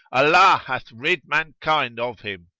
allah hath rid mankind of him!